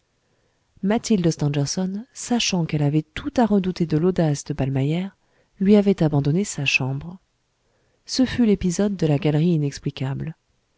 mathilde stangerson sachant qu'elle avait tout à redouter de l'audace de ballmeyer lui avait abandonné sa chambre ce fut l'épisode de la galerie inexplicable